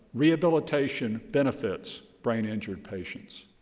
rehabilitation benefits brain injury patients.